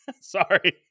Sorry